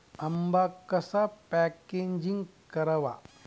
आंबा कसा पॅकेजिंग करावा?